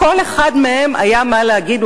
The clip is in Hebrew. לכל אחד מהם היה מה להגיד,